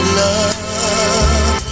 love